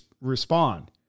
respond